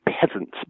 peasants